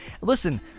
listen